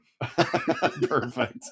Perfect